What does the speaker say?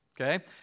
Okay